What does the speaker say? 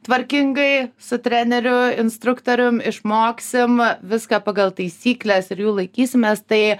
tvarkingai su treneriu instruktorium išmoksim viską pagal taisykles ir jų laikysimės tai